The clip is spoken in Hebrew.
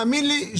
תאמין לי,